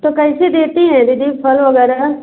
तो कैसे देती हैं दीदी फल वगैरह